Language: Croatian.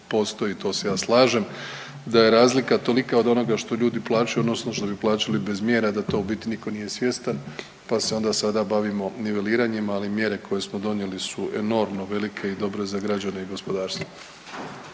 postoji, to se ja slažem da je razlika tolika od onoga što ljudi plaćaju odnosno što bi plaćali bez mjera, da to u biti nitko nije svjestan. Pa se onda sada bavimo niveliranjima. Ali mjere koje smo donijeli su enormno velike i dobro je za građane i gospodarstvo.